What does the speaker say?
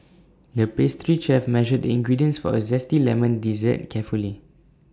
the pastry chef measured the ingredients for A Zesty Lemon Dessert carefully